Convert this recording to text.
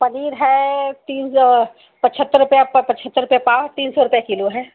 पनीर है ती पचहत्तर पचहत्तर रुपये पाव तीन सौ रुपया किलो है